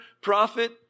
prophet